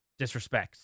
disrespects